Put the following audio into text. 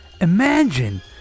Imagine